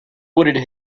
wooded